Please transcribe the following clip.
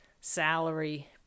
salary